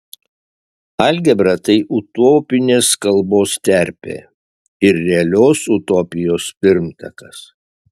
algebra tai utopinės kalbos terpė ir realios utopijos pirmtakas